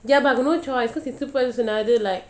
ya but got no choice cause சொன்னாரு:sonnaru like